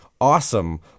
awesome